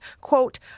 quote